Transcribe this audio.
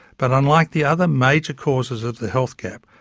but unlike the other major causes of the health gap,